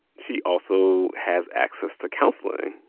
she also has access to counseling,